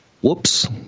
Whoops